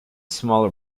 smaller